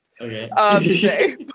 Okay